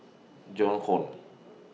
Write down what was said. Joan Hon